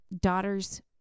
daughter's